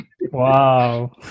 Wow